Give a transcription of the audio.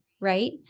right